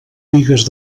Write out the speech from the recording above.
bigues